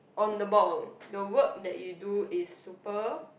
on the ball the work that you do is super